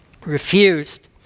refused